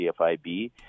CFIB